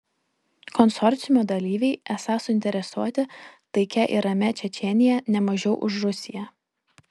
konsorciumo dalyviai esą suinteresuoti taikia ir ramia čečėnija ne mažiau už rusiją